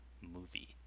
movie